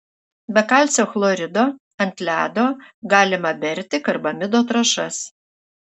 be kalcio chlorido ant ledo galima berti karbamido trąšas